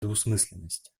двусмысленности